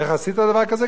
איך עשית דבר כזה?